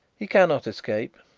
he cannot escape,